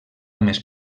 més